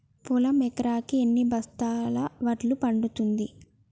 పొలం ఎకరాకి ఎన్ని బస్తాల వడ్లు పండుతుంది?